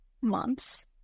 months